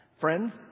Friends